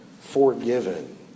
forgiven